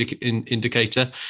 indicator